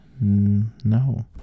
No